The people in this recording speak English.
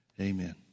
amen